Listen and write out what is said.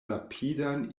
rapidan